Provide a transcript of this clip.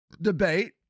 debate